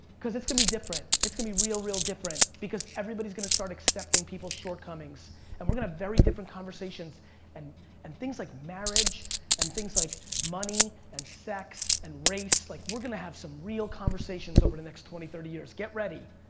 cause it's gonna be different, it's gonna be real, real different. because everybody's gonna start accepting people's shortcomings and we're gonna have very different conversations and and things like marriage and things like money and sex and race, like we're gonna have some real conversations over the next twenty, thirty years. get ready,